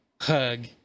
hug